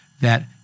that-